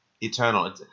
Eternal